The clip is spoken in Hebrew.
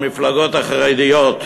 המפלגות החרדיות?